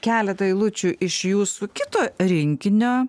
keletą eilučių iš jūsų kito rinkinio